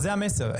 זה המסר.